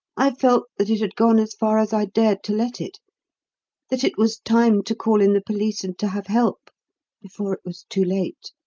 i felt that it had gone as far as i dared to let it that it was time to call in the police and to have help before it was too late.